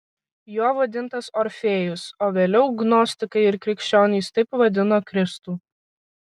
juo vadintas orfėjus o vėliau gnostikai ir krikščionys taip vadino kristų